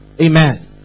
Amen